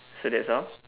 so that's all